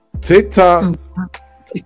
TikTok